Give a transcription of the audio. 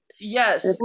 yes